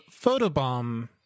photobomb